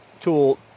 tool